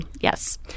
Yes